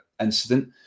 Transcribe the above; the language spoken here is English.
incident